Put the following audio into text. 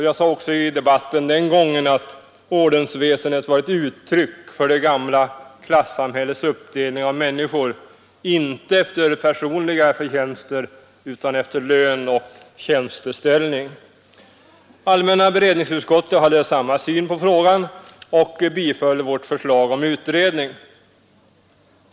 Jag sade också i debatten den gången att ordensväsendet var ett uttryck för det gamla klassamhällets uppdelning av människor — inte efter personliga förtjänster utan efter lön och tjänsteställning. Allmänna beredningsutskottet hade samma syn på frågan och tillstyrkte vårt förslag om utredning.